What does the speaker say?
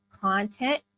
content